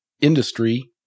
industry